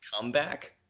comeback